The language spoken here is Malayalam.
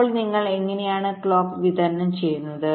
അപ്പോൾ നിങ്ങൾ എങ്ങനെയാണ് ക്ലോക്ക് വിതരണം ചെയ്യുന്നത്